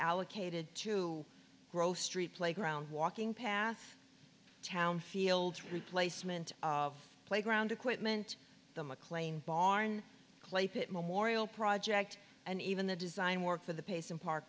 allocated to grow street playground walking path town fields replacement of playground equipment the mclean barn clay pitt memorial project and even the design work for the pace and park